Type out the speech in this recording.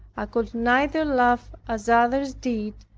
i could neither laugh as others did,